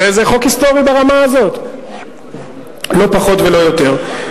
זה חוק היסטורי ברמה הזאת, לא פחות ולא יותר.